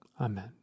Amen